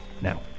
now